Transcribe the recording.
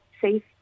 safe